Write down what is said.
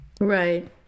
Right